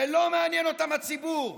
ולא מעניין אותם הציבור.